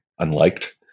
unliked